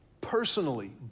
personally